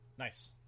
Nice